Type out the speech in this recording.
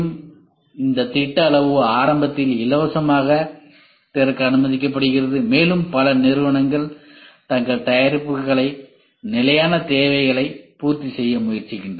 எனவே இந்த திட்ட அளவு ஆரம்பத்தில் இலவசமாக திறக்க அனுமதிக்கப்படுகிறது மேலும் பல நிறுவனங்கள் தங்கள் தயாரிப்புகளை நிலையான தேவைகளைப் பூர்த்தி செய்ய முயற்சிக்கின்றன